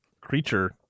creature